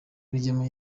rugema